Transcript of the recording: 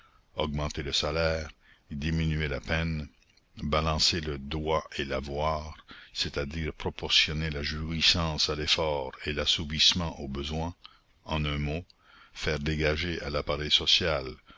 augmenter le salaire diminuer la peine balancer le doit et l'avoir c'est-à-dire proportionner la jouissance à l'effort et l'assouvissement au besoin en un mot faire dégager à l'appareil social